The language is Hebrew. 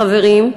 חברים,